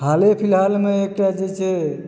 हाले फिलहालमे एकटा जे छै